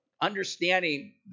understanding